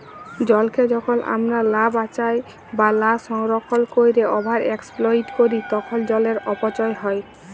জলকে যখল আমরা লা বাঁচায় বা লা সংরক্ষল ক্যইরে ওভার এক্সপ্লইট ক্যরি তখল জলের অপচয় হ্যয়